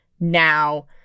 now